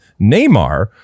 Neymar